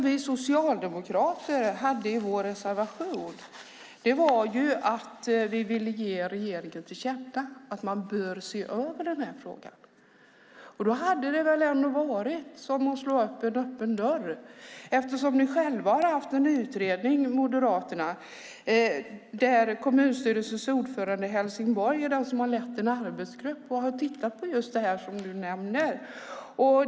Vi socialdemokrater ville i vår reservation ge regeringen till känna att man bör se över den här frågan. Då hade det väl ändå varit som att slå in en öppen dörr, eftersom ni moderater själva har haft en utredning och kommunstyrelsens ordförande i Helsingborg är den som har lett en arbetsgrupp och har tittat på just det som du nämner.